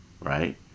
Right